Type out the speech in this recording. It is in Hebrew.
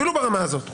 אפילו ברמה הזאת.